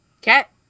Cat